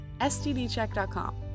stdcheck.com